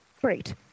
Great